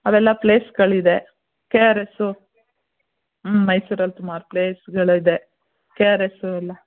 ಅದೆಲ್ಲ ಪ್ಲೇಸ್ಗಳಿದೆ K R S ಹ್ಞೂ ಮೈಸೂರಲ್ಲಿ ಸುಮಾರು ಪ್ಲೇಸ್ಗಳಿದೆ ಕೆ ಆರ್ ಎಸ್ಸು ಎಲ್ಲ